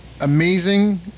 amazing